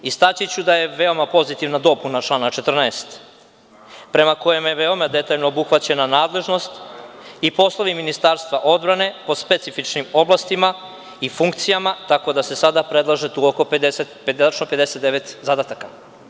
Istaći ću da je veoma pozitivna dopuna člana 14. prema kojem je veoma detaljno obuhvaćena nadležnost i poslovi Ministarstva odbrane po specifičnim oblastima i funkcijama, tako da se sada predlaže 59 zadataka.